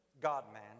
God-man